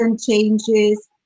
changes